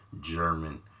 german